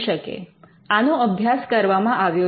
આનો અભ્યાસ કરવામાં આવ્યો છે